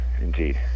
indeed